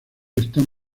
están